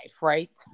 right